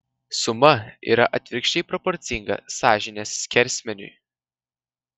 suma yra atvirkščiai proporcinga sąžinės skersmeniui